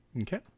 okay